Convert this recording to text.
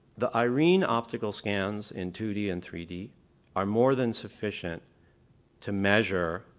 the irene optical scans in two d and three d are more than sufficient to measure